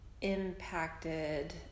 impacted